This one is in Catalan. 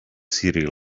sri